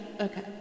Okay